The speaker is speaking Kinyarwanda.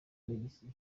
alexis